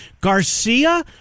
Garcia